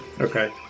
Okay